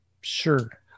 Sure